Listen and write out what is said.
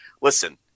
listen